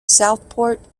southport